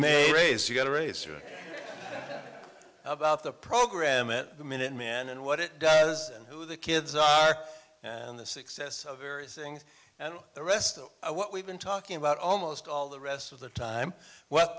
may raise you get a raise or at about the program it the minute man and what it does and who the kids are and the success of various things and the rest of what we've been talking about almost all the rest of the time what